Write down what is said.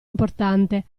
importante